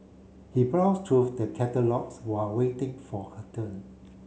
he browsed through the catalogues while waiting for her turn